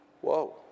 Whoa